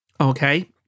Okay